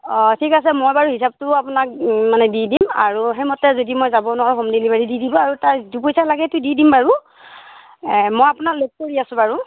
অঁ ঠিক আছে মই বাৰু হিচাপটো আপোনাক মানে দি দিম আৰু সেইমতে যদি মই যাব নোৱাৰোঁ হোম ডেলিভাৰী দি দিব আৰু তাৰ দুপইচা লাগে যদি দি দিম বাৰু মই আপোনাক লগ কৰি আছোঁ বাৰু